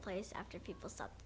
place after people stop